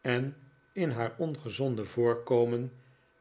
en in haar ongezonde voorkomen